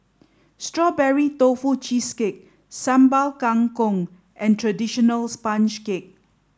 Strawberry Tofu Cheesecake Sambal Kangkong and traditional Sponge Cake